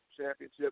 championship